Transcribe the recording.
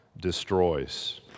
destroys